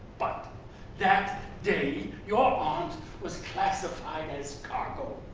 but that day your aunt was classified as cargo.